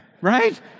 right